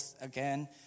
again